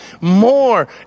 more